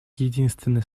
единственной